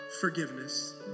Forgiveness